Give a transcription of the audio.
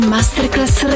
Masterclass